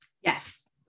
Yes